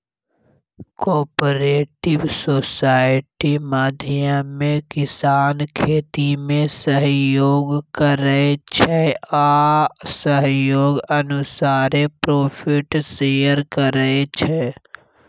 cooperative society माध्यमे किसान खेतीमे सहयोग करै छै आ सहयोग अनुसारे प्रोफिट शेयर करै छै